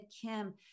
Kim